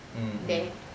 mmhmm